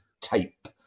tape